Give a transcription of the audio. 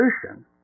solution